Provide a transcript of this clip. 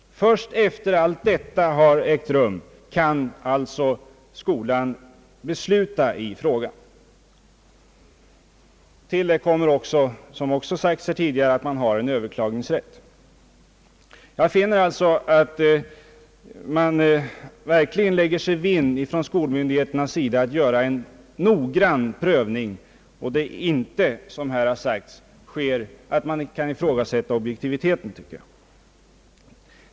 Först efter det att allt detta har skett kan alltså skolan besluta i frågan. Härtill kommer, vilket också har nämnts tidigare, att föräldrarna har överklagningsrätt. Jag finner alltså, att skolmyndigheterna verkligen måste lägga sig vinn om att göra en noggrann prövning i den här känsliga frågan, och man har inte, vilket här har påståtts, några skäl att ifrågasätta objektivitetskravet.